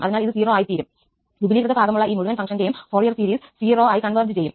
അതിനാൽ ഇത് 0 ആയിത്തീരും വിപുലീകൃത ഭാഗമുള്ള ഈ മുഴുവൻ ഫംഗ്ഷന്റെയും ഫോറിയർ സീരീസ് 0 at 0 കോൺവെർജ് ചെയ്യും